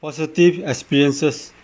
positive experiences